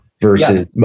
versus